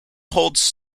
holds